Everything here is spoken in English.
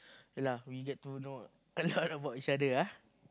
yea lah we get to know a lot about each other ah